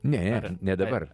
ne ne dabar